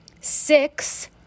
six